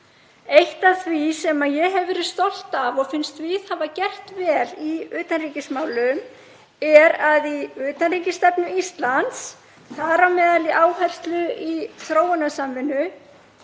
Eitt af því sem ég hef verið stolt af og finnst við hafa gert vel í utanríkismálum er að í utanríkisstefnu Íslands, þar á meðal í áherslu í þróunarsamvinnu,